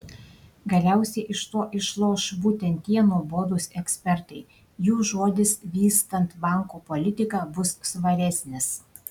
galiausiai iš to išloš būtent tie nuobodūs ekspertai jų žodis vystant banko politiką bus svaresnis